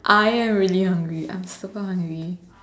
I am really hungry I'm super hungry